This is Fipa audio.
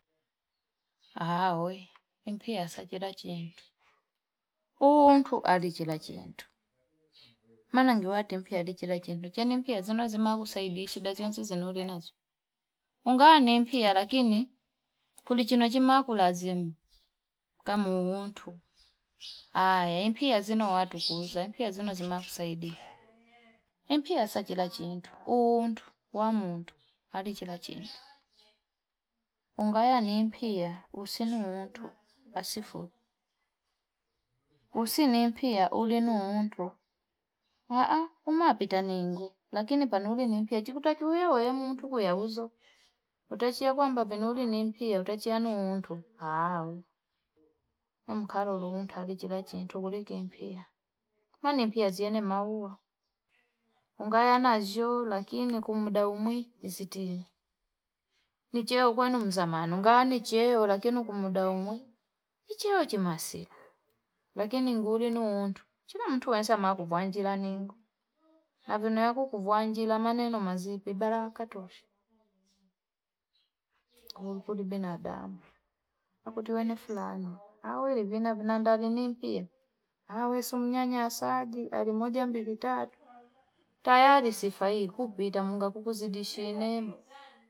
Aaawe, mpia asa chila chiyentu. Uuuntu alichila chiyentu. Manangi watu mpia alichila chiyentu. Chani mpia zinu wazima kuusaidichi, daziunzi zinurinazu. Ungawa ni mpia, lakini kulichinojima kulazimu. Kamu uuntu. Awe, mpia zinu watu kuuza. Mpia zinu wazima kuusaidichi. Mpia asa chila chiyentu. Uuuntu wamuuntu alichila chiyentu. Ungawa ni mpia, usinu uuntu. Asifu. Usinu mpia, ulinu uuntu. Haa, haa, umapita ningu. Lakini panuli ni mpia. Chikutakia uwe muuntu, uwe auzo. Utachia kwamba panuli ni mpia, utachia unu uuntu. Aaawe. Wamu karulu unta alichila chiyentu kulike mpia. Ma mpia zine maua. Ungawa na ziuuu lakini kumuda umwi usitili ncheo kwenu mzamano nganuu cheo lakini kumuda umwi nicheochi masila lakini ngulino untu chila mtu acha ma chivanjilani havino ya kuku kuvuanjila maneno mazipe baraka tosha, nko nkuli bina damu nakutuele fulaa awene na ndani nimpila awesimnyanyasaji ali moja mbili tatu, tyari sifa hii kukuita munga kukuzidishia.